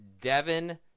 Devin